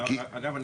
אגב,